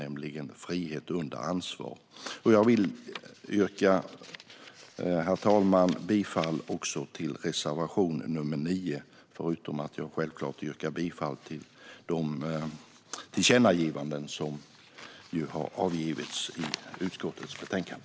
Jag vill, herr talman, yrka bifall också till reservation nr 9, förutom att jag självklart yrkar bifall till de tillkännagivanden som har avgivits i utskottets betänkande.